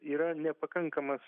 yra nepakankamas